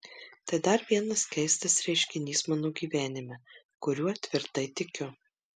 tai dar vienas keistas reiškinys mano gyvenime kuriuo tvirtai tikiu